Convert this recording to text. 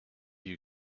you